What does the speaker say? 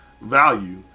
value